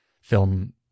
film